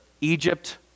Egypt